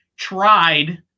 Tried